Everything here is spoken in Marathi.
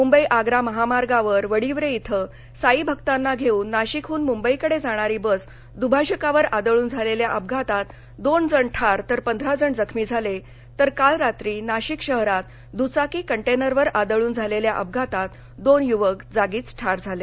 मुंबई आप्रा महामार्गावर वडिवरे येथे साई भक्तानां घेऊन नाशिकहन मुंबईकडे जाणारी बस दुभाजकावर आदळून झालेल्या अपघातात दोन जण ठार तर पंधरा जण जखमी झाले तर काल रात्री नाशिक शहरात दुचाकी कंटेनरवर आदळून झालेल्या अपघातात दोन यवक जागीच ठार झाले